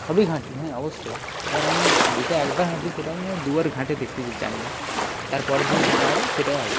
সবই ঘাঁটি হ্যাঁ অবশ্যই এবার আমি যেটা একবার ঘাঁটি সেটা আমি আর দুবার ঘেঁটে দেখতে যাই না তার পরের দিন ঘাঁটা হবে সেটাই হবে